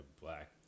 black